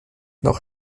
noch